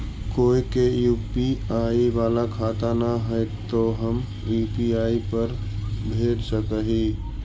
कोय के यु.पी.आई बाला खाता न है तो हम यु.पी.आई पर भेज सक ही?